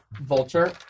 vulture